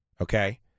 okay